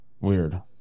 Weird